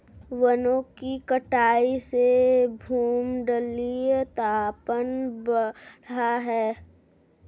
वनों की कटाई से भूमंडलीय तापन बढ़ा है